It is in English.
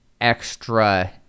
extra